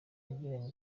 yagiranye